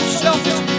selfish